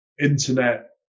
internet